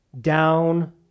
down